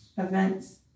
events